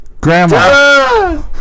grandma